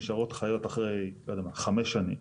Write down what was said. נשארות חיות אחרי חמש שנים?